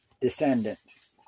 descendants